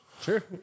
Sure